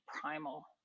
primal